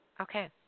okay